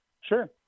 Sure